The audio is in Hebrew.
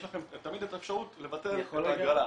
תמיד יש לכם את האפשרות לבטל את ההגרלה.